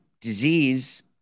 disease